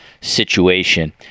situation